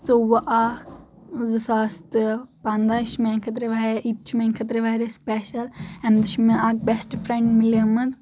ژۄوُہ اکھ زٕ ساس تہٕ پنٛدہ یہِ چھُ میانہِ خٲطر واریاہ یہِ تہِ چھُ میانہِ خٲطرٕ واریاہ سُپیشل امہِ دۄہ چھ مےٚ اکھ بشٹ فرینٛڈ مِلیمٕژ